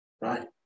right